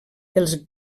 els